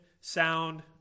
sound